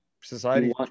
society